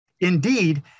Indeed